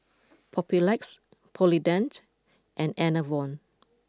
Papulex Polident and Enervon